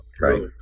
right